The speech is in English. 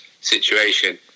situation